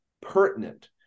pertinent